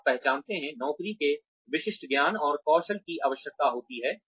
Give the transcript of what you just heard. आप पहचानते हैं नौकरी के विशिष्ट ज्ञान और कौशल की आवश्यकता होती है